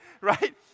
right